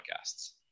podcasts